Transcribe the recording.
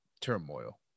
turmoil